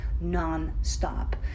non-stop